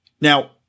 Now